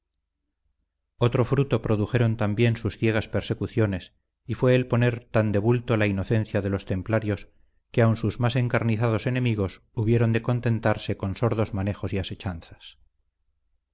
otro fruto produjeron también sus ciegas persecuciones y fue el poner tan de bulto la inocencia de los templarios que aun sus más encarnizados enemigos hubieron de contentarse con sordos manejos y asechanzas